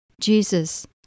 Jesus